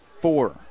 four